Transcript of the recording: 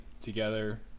together